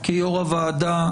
כיושב-ראש הוועדה,